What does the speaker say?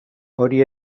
hori